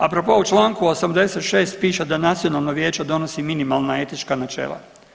Apropo u Članku 86. piše da nacionalno vijeće donosi minimalna etička načela.